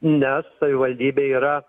nes savivaldybė yra